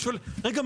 אז אני שואל: רגע,